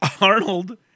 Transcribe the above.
Arnold